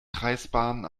kreisbahnen